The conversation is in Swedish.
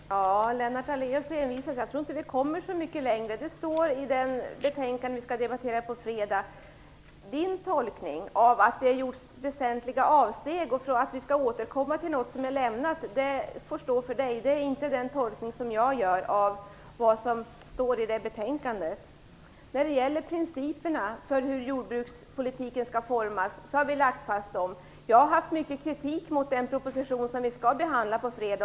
Herr talman! Lennart Daléus envisas, men jag tror inte vi kommer så mycket längre. Det står i det betänkande vi skall debattera på fredag. Den tolkning Lennart Daléus gör att det gjorts väsentliga avsteg och tron att vi skall återkomma till något vi har lämnat, det får stå för Lennart Daléus. Det är inte den tolkning jag gör av vad som står i det betänkandet. Vi har lagt fast principerna för hur jordbrukspolitiken skall formas. Jag har haft mycket kritik mot den proposition vi skall behandla på fredag.